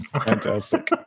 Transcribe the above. fantastic